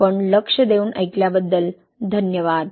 आपण लक्ष दिल्याबद्दल धन्यवाद